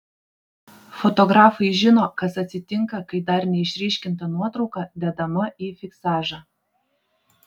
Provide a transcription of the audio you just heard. fotografai žino kas atsitinka kai dar neišryškinta nuotrauka dedama į fiksažą